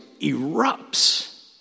erupts